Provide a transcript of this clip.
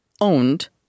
owned